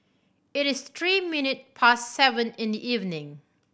it is three minute past seven in the evening